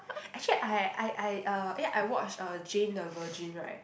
actually I I I uh eh I watch uh Jane the Virgin right